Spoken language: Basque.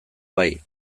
bai